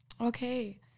Okay